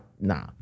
nah